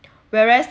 whereas